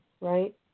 right